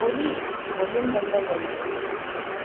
Oli volume बन्द गर्नुहोस्